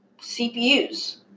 CPUs